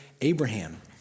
Abraham